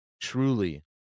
truly